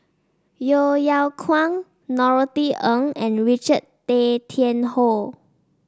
Yeo Yeow Kwang Norothy Ng and Richard Tay Tian Hoe